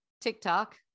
TikTok